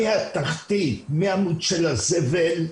מהתחתית, מהמיץ של הזבל,